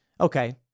okay